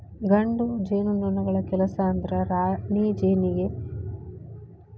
ಗಂಡು ಜೇನುನೊಣಗಳ ಕೆಲಸ ಅಂದ್ರ ರಾಣಿಜೇನಿನ ಜೊತಿಗೆ ಸೇರಿ ಸಂತಾನೋತ್ಪತ್ತಿ ಮಾಡೋದಾಗೇತಿ